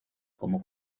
como